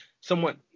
somewhat